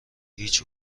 هیچ